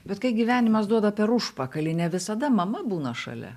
bet kai gyvenimas duoda per užpakalį ne visada mama būna šalia